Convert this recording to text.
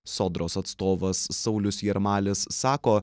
sodros atstovas saulius jarmalis sako